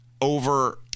over